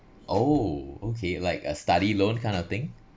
oh okay like a study loan kind of thing